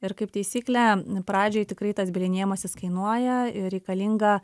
ir kaip taisyklė pradžioj tikrai tas bylinėjimasis kainuoja ir reikalinga